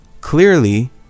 clearly